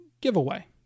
giveaway